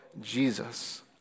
Jesus